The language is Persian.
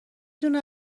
دونه